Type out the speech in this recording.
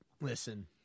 Listen